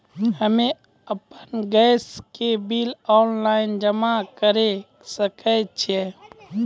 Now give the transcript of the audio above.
हम्मे आपन गैस के बिल ऑनलाइन जमा करै सकै छौ?